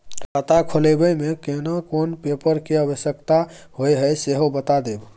खाता खोलैबय में केना कोन पेपर के आवश्यकता होए हैं सेहो बता देब?